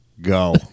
go